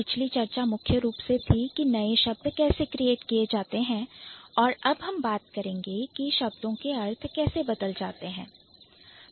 पिछली चर्चा मुख्य रूप से थी कि नए शब्द कैसे create क्रिएट किए जाते हैं और अब हम बात करेंगे कि शब्दों के अर्थ कैसे बदल जाते हैं